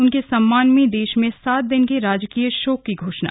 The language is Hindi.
उनके सम्मान में दे में सात दिन के राजकीय शोक की घोषणा